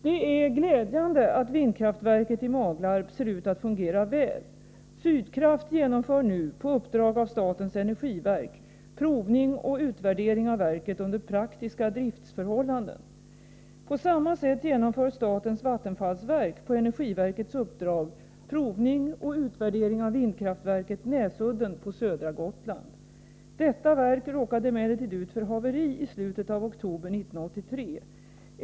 Det är glädjande att vindkraftverket i Maglarp ser ut att fungera väl. Sydkraft genomför nu på uppdrag av statens energiverk provning och utvärdering av verket under praktiska driftsförhållanden. På samma sätt genomför statens vattenfallsverk på energiverkets uppdrag provning och utvärdering av vindkraftverket Näsudden på södra Gotland. Detta verk råkade emellertid ut för haveri i slutet av oktober 1983.